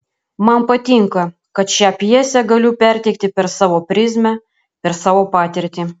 man patinka kad šią pjesę galiu perteikti per savo prizmę per savo patirtį